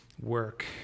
work